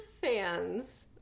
fans